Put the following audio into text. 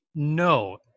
No